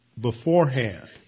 beforehand